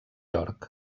york